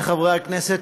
חברי חברי הכנסת,